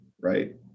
right